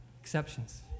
exceptions